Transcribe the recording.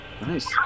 Nice